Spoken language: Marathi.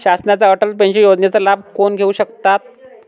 शासनाच्या अटल पेन्शन योजनेचा लाभ कोण घेऊ शकतात?